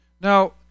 Now